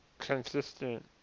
consistent